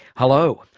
hello,